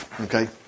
okay